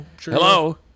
Hello